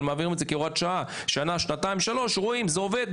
אבל מעבירים את זה כהוראת שעה שנה-שנתיים-שלוש רואים אם זה עובד?